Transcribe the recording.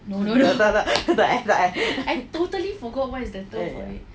tak tak tak tak eh tak eh !haiya!